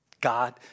God